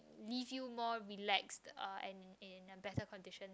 leave you more relaxed uh and in a better condition